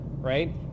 right